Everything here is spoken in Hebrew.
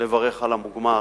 לברך על המוגמר,